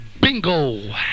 bingo